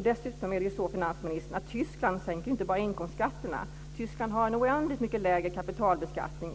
Dessutom är det ju så, finansministern, att Tyskland sänker inte bara inkomstskatterna. Tyskland har en oändligt mycket lägre kapitalbeskattning.